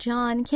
John